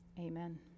Amen